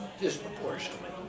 disproportionately